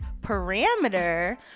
parameter